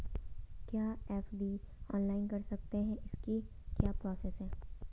क्या FD online कर सकते हैं इसकी क्या प्रोसेस है?